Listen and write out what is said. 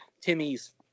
Timmy's